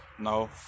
No